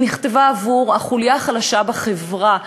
נכתבה עבור החוליה החלשה בחברה,